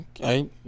Okay